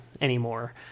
anymore